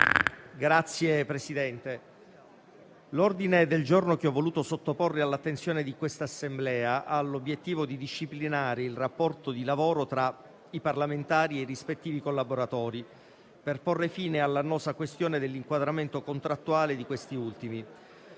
Signor Presidente, l'ordine del giorno G3, che ho voluto sottoporre all'attenzione dell'Assemblea, ha l'obiettivo di disciplinare il rapporto di lavoro tra i parlamentari e i rispettivi collaboratori per porre fine all'annosa questione dell'inquadramento contrattuale di questi ultimi.